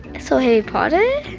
so harry potter?